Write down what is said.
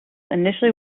initially